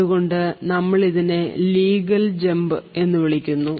അതുകൊണ്ട് നമ്മൾ ഇതിനെ ലീഗൽ ജമ്പ് എന്ന് വിളിക്കുന്നു